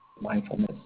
mindfulness